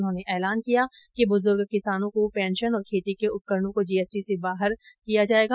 उन्होंने ऐलान किया कि ब्रज़र्ग किसानों को पेंशन दी जायेगी और खेती के उपकरणों को जीएसटी से बाहर किया जायेगा